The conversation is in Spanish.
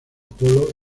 polo